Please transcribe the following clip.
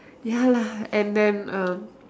ya lah and then uh